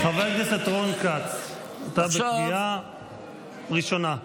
חבר הכנסת רון כץ, אתה בקריאה ראשונה.